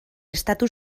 estatu